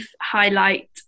highlight